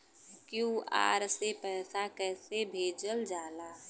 QR से पैसा कैसे भेजल जाला?